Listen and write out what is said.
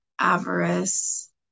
avarice